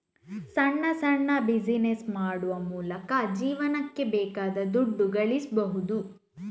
ಸಣ್ಣ ಸಣ್ಣ ಬಿಸಿನೆಸ್ ಮಾಡುವ ಮೂಲಕ ಜೀವನಕ್ಕೆ ಬೇಕಾದ ದುಡ್ಡು ಗಳಿಸ್ಬಹುದು